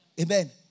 Amen